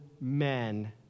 men